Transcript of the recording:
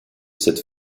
cette